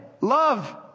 Love